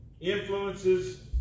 influences